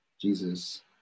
Jesus